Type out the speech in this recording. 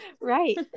Right